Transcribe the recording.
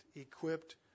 equipped